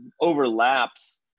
overlaps